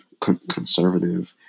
conservative